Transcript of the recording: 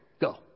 Go